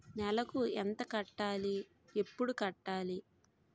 నెలకు ఎంత కట్టాలి? ఎప్పుడు కట్టాలి?